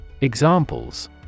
Examples